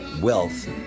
wealth